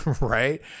right